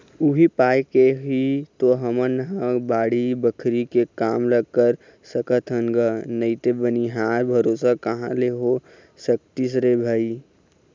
उही पाय के ही तो हमन ह बाड़ी बखरी के काम ल कर सकत हन गा नइते बनिहार भरोसा कहाँ ले हो सकतिस रे भई